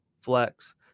flex